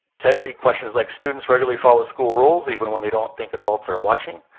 integrity questions like, students regularly follow school rules even when they don't think adults are watching.